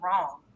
wrong